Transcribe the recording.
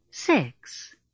Six